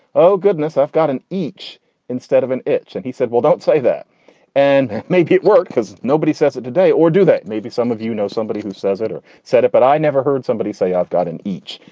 oh goodness. i've got an each instead of an itch and he said, well don't say that and make it work because nobody says it today or do that. maybe some of you know somebody who says it or said it, but i never heard somebody say, i've got an h.